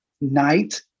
night